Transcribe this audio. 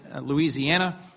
Louisiana